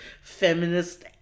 feminist